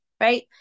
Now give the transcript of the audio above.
Right